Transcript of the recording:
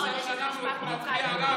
מה שאנחנו מצביעים עליו,